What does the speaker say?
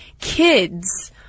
kids